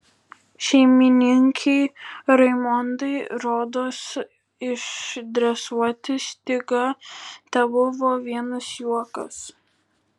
šeimininkei raimondai rodos išdresuoti stigą tebuvo vienas juokas